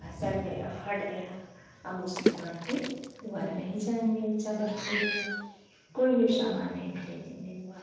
भसक गया फट गया अब उस दुकान पर दोबारा नहीं जाएंगे चादर ख़रीदने कोई भी सामान नहीं ख़रीदेंगे दोबारा